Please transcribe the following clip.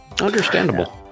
Understandable